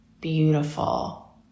beautiful